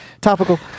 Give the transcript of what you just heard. Topical